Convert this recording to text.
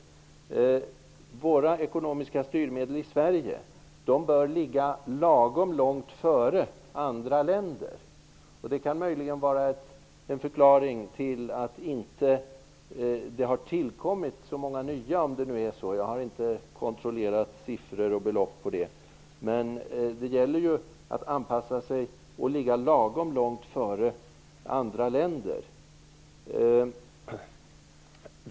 När det gäller ekonomiska styrmedel bör vi i Sverige ligga lagom långt före andra länder. Det kan möjligen vara en förklaring till att det inte har tillkommit så många nya -- om det nu är så; jag har inte kontrollerat siffror och belopp. Men det gäller ju att anpassa sig och ligga lagom långt före andra länder.